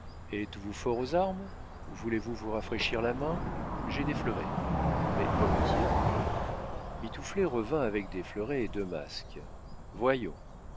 êtes-vous fort aux armes voulez-vous vous rafraîchir la main j'ai des fleurets mais volontiers mitouflet revint avec des fleurets et deux masques voyons